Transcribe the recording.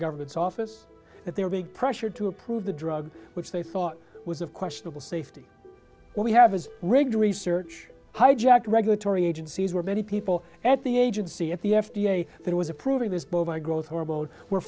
government's office that they were big pressure to approve the drug which they thought was of questionable safety we have as rigged research hijacked regulatory agencies where many people at the agency at the f d a there was approving this bovine growth horrible where